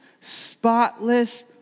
spotless